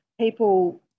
people